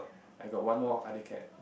I got one more other cat